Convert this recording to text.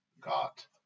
got